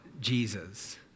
Jesus